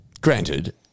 granted